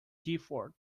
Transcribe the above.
gifford